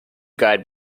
guide